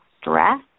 stress